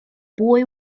boy